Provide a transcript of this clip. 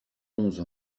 onze